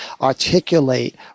articulate